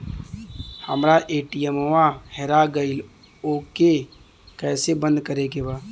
हमरा ए.टी.एम वा हेरा गइल ओ के के कैसे बंद करे के बा?